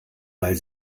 weil